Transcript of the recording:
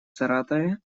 саратове